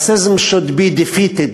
Racism should be defeated,